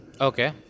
Okay